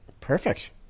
Perfect